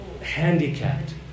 handicapped